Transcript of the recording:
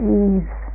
ease